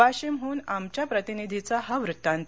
वाशिमहून आमच्या प्रतिनिधीचा हा वत्तांत